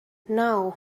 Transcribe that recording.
now